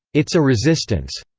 it's a resistance.